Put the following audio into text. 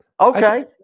Okay